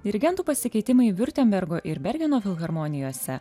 dirigentų pasikeitimai viurtembergo ir bergeno filharmonijose